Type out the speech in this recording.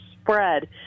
spread